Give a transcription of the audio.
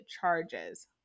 charges